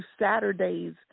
Saturday's